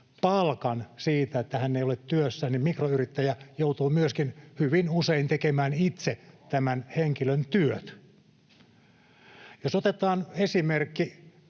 palkan siitä, että hän ei ole työssä, mikroyrittäjä joutuu myöskin hyvin usein tekemään itse tämän henkilön työt. Jos otetaan esimerkki